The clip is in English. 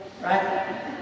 right